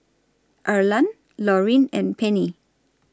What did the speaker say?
Arlan Lauryn and Pennie